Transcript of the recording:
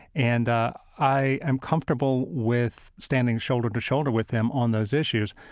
and i am comfortable with standing shoulder to shoulder with them on those issues.